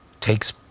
takes